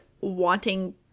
wanting